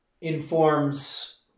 informs